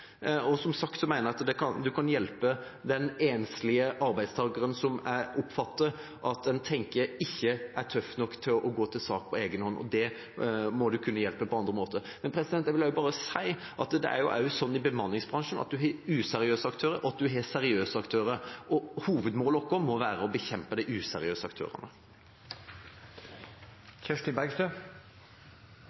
Som sagt mener jeg at man må kunne hjelpe den enslige arbeidstakeren, som jeg oppfatter at en tenker ikke er tøff nok til å gå til sak på egen hånd, på andre måter. Jeg vil også si at en også i bemanningsbransjen har useriøse aktører, og en har seriøse aktører. Hovedmålet vårt må være å bekjempe de useriøse aktørene.